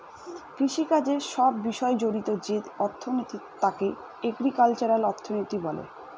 কৃষিকাজের সব বিষয় জড়িত যে অর্থনীতি তাকে এগ্রিকালচারাল অর্থনীতি বলে